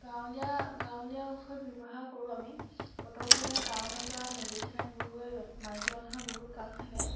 গাঁৱলীয়া গাঁৱলীয়া ঔষধ ব্যৱহাৰ কৰোঁ আমি পটককেনে টাউনৰপৰা মেডিচিন আনিবগৈ মাইকী মানুহৰ বহুত কাম থাকে